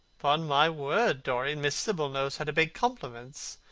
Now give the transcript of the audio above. upon my word, dorian, miss sibyl knows how to pay compliments.